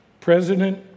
President